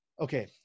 Okay